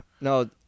No